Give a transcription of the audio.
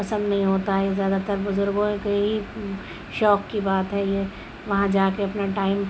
پسند نہیں ہوتا ہے زیادہ تر بزرگوں کے ہی شوق کی بات ہے یہ وہاں جا کے اپنا ٹائم